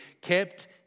kept